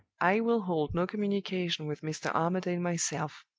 i will hold no communication with mr. armadale myself.